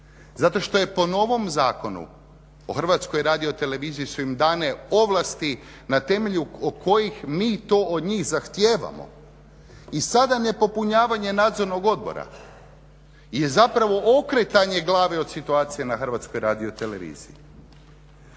zato što je po novom zakonu o HRT-u su im dane ovlasti na temelju kojih mi to od njih zahtijevamo i sada je popunjavanje Nadzornog odbora je zapravo okretanje glave od situacije na HRT-u. Zato što je